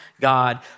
God